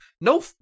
no